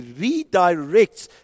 redirects